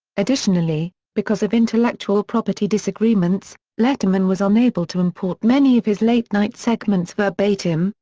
additionally, because of intellectual property disagreements, letterman was unable to import many of his late night segments verbatim,